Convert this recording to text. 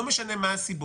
לא משנה מה הסיבות.